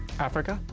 africa.